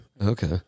Okay